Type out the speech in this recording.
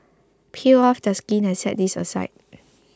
peel off the skin and set this aside